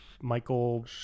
Michael